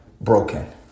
broken